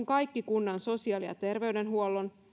kaikki kunnan sosiaali ja terveydenhuollon